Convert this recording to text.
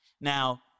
Now